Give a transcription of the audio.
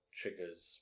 triggers